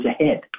ahead